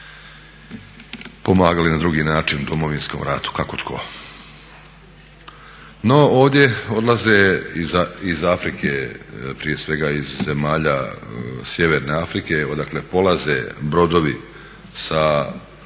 pomagali na drugi način u Domovinskom ratu kako tko. No, ovdje odlaze iz Afrike prije svega iz zemalja sjeverne Afrike odakle polaze brodovi sa